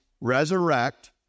resurrect